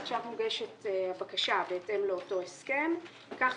עכשיו מוגשת בקשה בהתאם לאותו הסכם כך